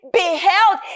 beheld